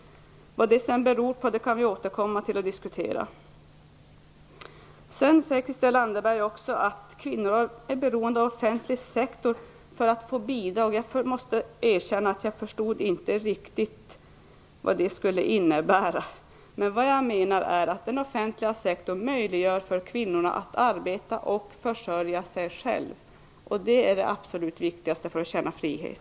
Vad det sedan beror på kan vi återkomma till. Sedan sade Christel Anderberg att kvinnorna är beroende av offentlig sektor för att få bidrag. Jag måste erkänna att jag inte riktigt förstod vad det skulle innebära. Vad jag menar är att den offentliga sektorn möjliggör för kvinnorna att arbeta och försörja sig själva, och det är det absolut viktigaste för att de skall känna frihet.